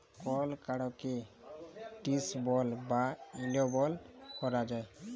call কাড়কে disable বা enable ক্যরা যায়